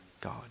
God